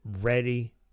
ready